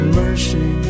mercy